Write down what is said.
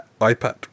iPad